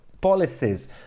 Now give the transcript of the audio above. policies